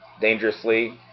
dangerously